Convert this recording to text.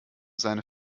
seine